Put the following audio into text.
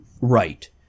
Right